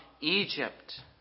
Egypt